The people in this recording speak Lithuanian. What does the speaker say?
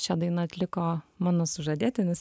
šią dainą atliko mano sužadėtinis